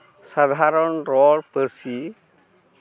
ᱥᱟᱫᱷᱟᱨᱚᱱ ᱨᱚᱲ ᱯᱟᱹᱨᱥᱤ